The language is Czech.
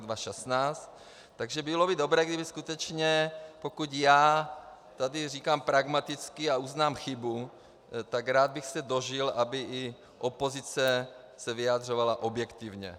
Takže bylo by dobré, kdyby skutečně, pokud já tady říkám pragmaticky a uznám chybu, tak rád bych se dožil, aby i opozice se vyjadřovala objektivně.